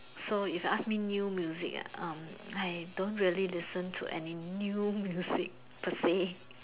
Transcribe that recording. so if you ask me new music um I don't really listen to any new music per say